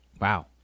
Wow